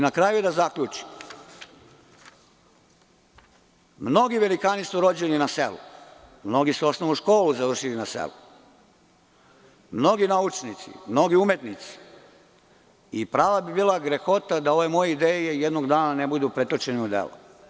Na kraju, da zaključim, mnogi velikani su rođeni na selu, mnogi su osnovnu školu završili na selu, mnogi naučnici, mnogi umetnici i prava bi bila grehota da ove moje ideje jednog dana ne budu pretočene u delo.